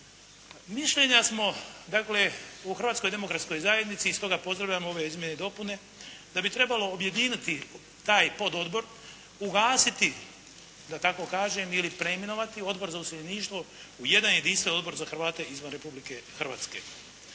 Mišljenja smo dakle u Hrvatskoj demokratskoj zajednici i stoga pozdravljam ove izmjene i dopune, da bi trebalo objediniti taj pododbor, ugasiti da tako kažem ili preimenovati Odbor za useljeništvo u jedan jedinstven Odbor za Hrvate izvan Republike Hrvatske